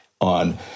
on